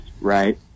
right